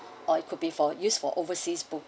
or it could be for use for overseas book